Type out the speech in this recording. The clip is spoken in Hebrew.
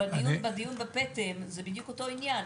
בדיון בפטל זה בדיוק אותו עניין,